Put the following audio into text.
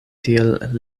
tiel